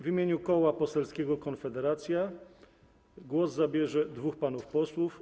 W imieniu Koła Poselskiego Konfederacja głos zabierze dwóch panów posłów.